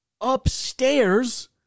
upstairs